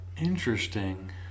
interesting